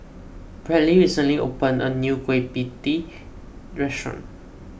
Bradley recently opened a new Kueh Pie Tee restaurant